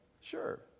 Sure